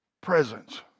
presence